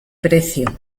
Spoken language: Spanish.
precio